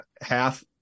Half